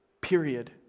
Period